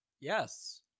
Yes